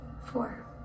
Four